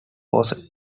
was